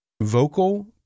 Vocal